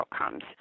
outcomes